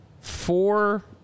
four